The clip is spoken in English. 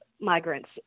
migrants